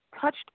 touched